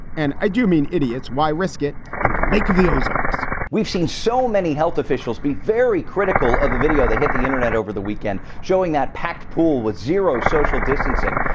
and i do mean idiots. why risk it in lake of the ozarks? we've seen so many health officials be very critical of the video. they hit the internet over the weekend showing that packed pool with zero social distancing.